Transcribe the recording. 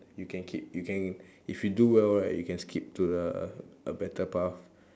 you can keep you can if you do well right you can skip to uh a better path